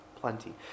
plenty